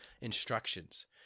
instructions